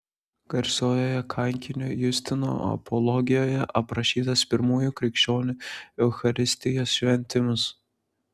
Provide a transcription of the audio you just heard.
garsiojoje kankinio justino apologijoje aprašytas pirmųjų krikščionių eucharistijos šventimas